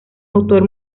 autor